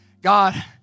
God